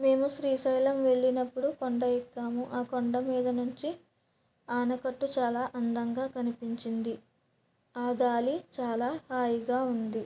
మేము శ్రీశైలం వెళ్ళినప్పుడు కొండ ఎక్కాము ఆ కొండ మీద నుంచి ఆనకట్ట చాలా అందంగా కనిపించింది ఆ గాలి చాలా హాయిగా ఉంది